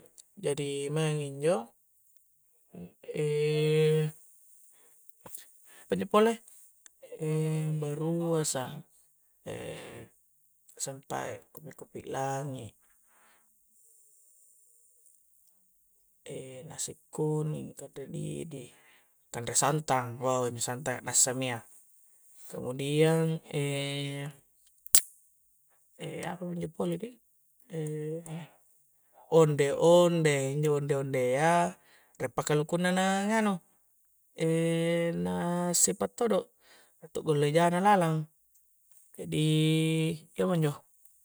Jadi maeng injo' e' apa injo' pole e' baruasa' e' sampae' kupi'-kupi' langi' e' e' nasi kuning kanre didi', kanre santang', uah injo' kanre' santang nassa'mia kemudian e' e' apa injo' pole di e' onde-onde injo' onde-ondea re' pa kalukuna na' nganu e' na sipa' todo re' to' golla eja'na lalang kah di' iya munjo'